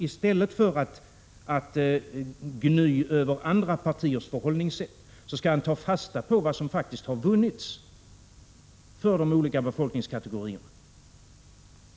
I stället för att gny över andra partiers förhållningssätt skall han ta fasta på vad som faktiskt har vunnits för de olika befolkningskategorierna.